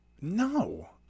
no